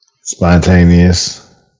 Spontaneous